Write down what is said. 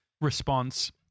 response